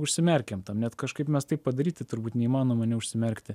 užsimerkiam tam net kažkaip mes taip padaryti turbūt neįmanoma neužsimerkti